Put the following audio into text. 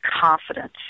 confidence